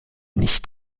nicht